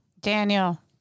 Daniel